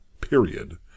period